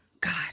God